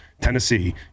Tennessee